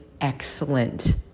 excellent